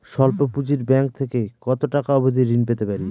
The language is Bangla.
স্বল্প পুঁজির ব্যাংক থেকে কত টাকা অবধি ঋণ পেতে পারি?